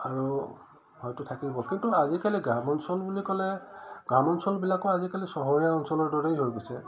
আৰু হয়তো থাকিব কিন্তু আজিকালি গ্ৰাম অঞ্চল বুলি ক'লে গ্ৰাম অঞ্চলবিলাকো আজিকালি চহৰীয়া অঞ্চলৰ দৰেই হৈ গৈছে